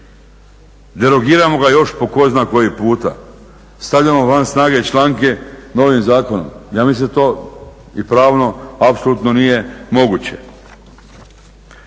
Derogiramo ga još po tko zna koji puta, stavljamo van snage članke novim zakonom. Ja mislim da to i pravno apsolutno nije moguće.